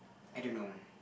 I don't know